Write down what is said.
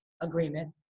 agreement